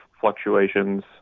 fluctuations